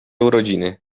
urodziny